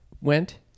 went